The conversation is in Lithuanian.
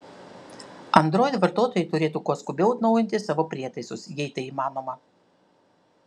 android vartotojai turėtų kuo skubiau atnaujinti savo prietaisus jei tai įmanoma